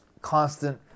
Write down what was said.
constant